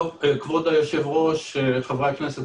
עדכנו גם את משרד האנרגיה.